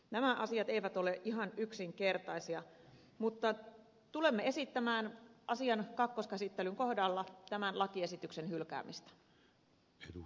nämä asiat eivät ole ihan yksinkertaisia mutta tulemme esittämään asian kakkoskäsittelyn kohdalla tämän lakiesityksen hylkäämistä